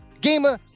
Gamer